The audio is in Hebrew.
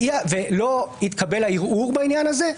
ולא התקבל ערעור בעניין זה,